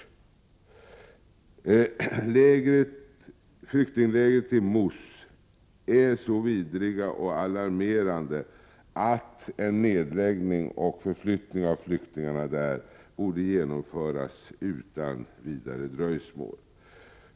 Förhållandena i flyktinglägret i Mus är så vidriga och alarmerande att en nedläggning av lägret och förflyttning av flyktingarna där borde genomföras utan vidare dröjsmål.